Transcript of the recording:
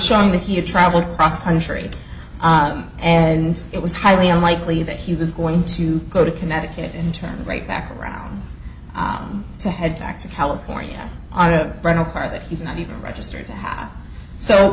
showing that he had traveled across country and it was highly unlikely that he was going to go to connecticut and term right back around to head back to california on a rental car that he's not even registered